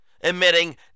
emitting